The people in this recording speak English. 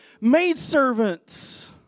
maidservants